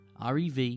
REV